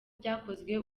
byakozwe